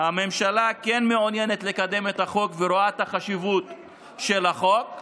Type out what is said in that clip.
הממשלה מעוניינת לקדם את החוק ורואה את החשיבות של החוק.